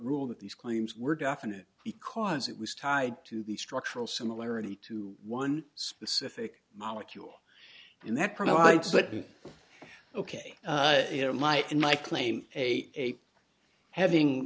ruled that these claims were definite because it was tied to the structural similarity to one specific molecule and that provides that ok you know my and my claim a having